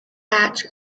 hatch